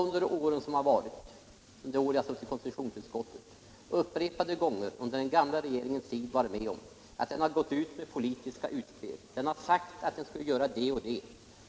Under de år som jag har suttit i konstitutionsutskottet har jag upprepade gånger under den gamla regeringens tid varit med om att man har gjort politiska utspel och sagt att man skall göra det och det.